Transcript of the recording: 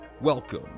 Welcome